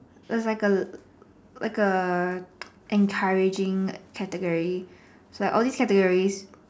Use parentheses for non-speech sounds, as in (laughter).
there is like a like a (noise) encouraging category so like all these categories